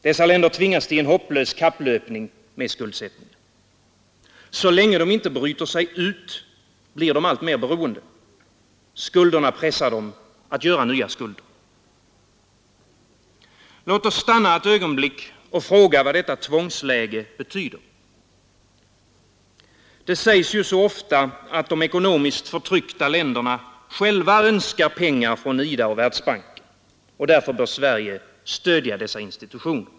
Dessa länder tvingas till en hopplös kapplöpning med skuldsättningen. Så länge de inte bryter sig ut blir de alltmer beroende. Skulderna pressar dem att göra nya skulder. Låt oss stanna ett ögonblick och fråga vad detta tvångsläge betyder. Det sägs ju så ofta att de ekonomiskt förtryckta länderna själva önskar pengar från IDA och Världsbanken — därför bör Sverige stödja dessa institutioner.